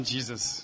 Jesus